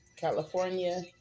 California